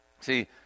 See